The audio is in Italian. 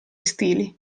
stili